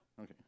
Okay